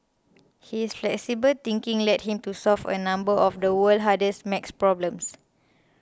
his flexible thinking led him to solve a number of the world's hardest math problems